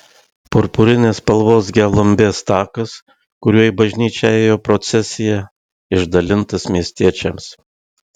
purpurinės spalvos gelumbės takas kuriuo į bažnyčią ėjo procesija išdalintas miestiečiams